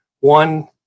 one